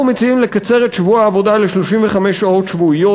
אנחנו מציעים לקצר את שבוע העבודה ל-35 שעות שבועיות,